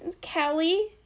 Kelly